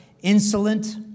insolent